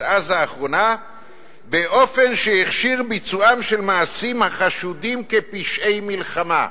עזה האחרונה באופן שהכשיר ביצועם של מעשים החשודים כפשעי מלחמה".